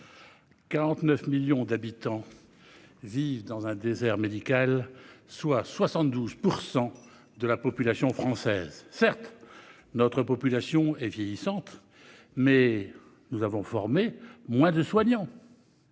49 millions d'habitants vivent dans un désert médical, soit 72 % de la population française. Certes, notre population est vieillissante, mais nous avons formé moins de soignants.